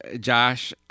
Josh